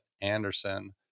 Anderson